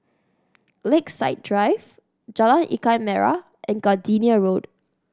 Lakeside Drive Jalan Ikan Merah and Gardenia Road